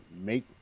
make